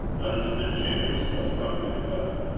unto the jews a stumblingblock,